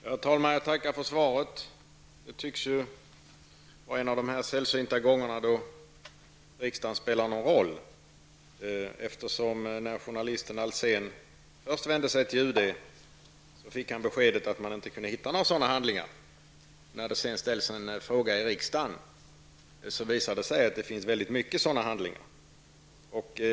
Herr talman! Jag tackar för svaret. Det här tycks vara en av de sällsynta gånger då riksdagen spelar någon roll. När journalisten Olle Alsén först vände sig till UD fick han nämligen beskedet att man inte kunde hitta några handlingar angående denna person. När det sedan ställs en fråga i riksdagen visar det sig att det finns många sådana handlingar.